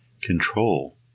control